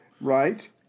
Right